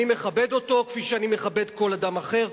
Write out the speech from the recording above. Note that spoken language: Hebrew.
אני מכבד אותו כפי שאני מכבד כל אדם אחר,